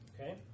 Okay